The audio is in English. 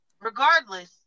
Regardless